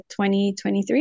2023